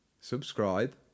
subscribe